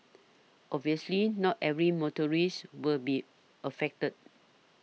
obviously not every motor risk will be affected